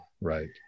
Right